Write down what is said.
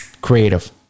creative